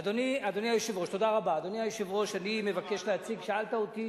אדוני היושב-ראש, שאלת אותי